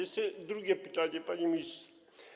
Jeszcze drugie pytanie, panie ministrze.